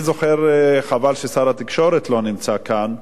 אני זוכר, חבל ששר התקשורת לא נמצא כאן,